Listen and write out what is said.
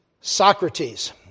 Socrates